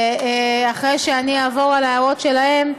ואחרי שאני אעבור על ההערות שלהם,